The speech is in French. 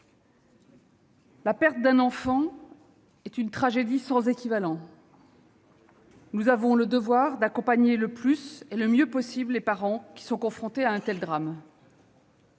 la perte d'un enfant est une tragédie sans équivalent. Nous avons le devoir d'accompagner le plus et le mieux possible les parents qui sont confrontés à un tel drame.